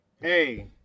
hey